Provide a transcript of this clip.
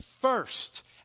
first